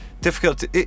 difficult